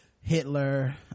hitler